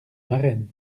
marraine